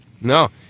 No